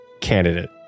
candidate